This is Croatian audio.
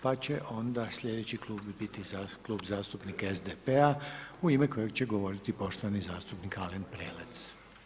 Pa će onda sljedeći klub biti Klub zastupnika SDP-a u ime kojeg će govoriti poštovani zastupnik Alen Prelec.